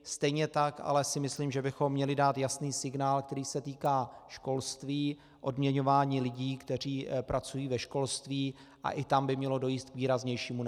Stejně tak ale si myslím, že bychom měli dát jasný signál, který se týká školství, odměňování lidí, kteří pracují ve školství, a i tam by mělo dojít k výraznějšímu nárůstu.